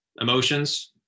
emotions